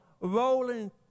Rolling